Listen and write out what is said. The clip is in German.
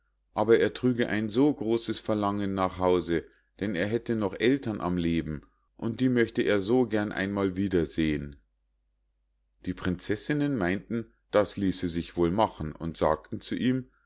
aber er trüge ein so großes verlangen nach hause denn er hätte noch ältern am leben und die möchte er so gern einmal wiedersehen die prinzessinnen meinten das ließe sich wohl machen und sagten zu ihm